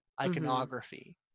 iconography